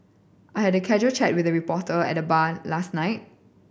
I had a casual chat with a reporter at the bar last night